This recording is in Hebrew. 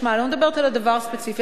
אני לא מדברת על הדבר הספציפי עכשיו,